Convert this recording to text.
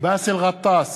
באסל גטאס,